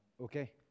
okay